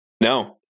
No